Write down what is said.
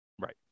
Right